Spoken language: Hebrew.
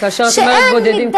כאשר את אומרת "בודדים",